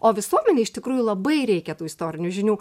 o visuomenei iš tikrųjų labai reikia tų istorinių žinių